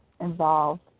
involved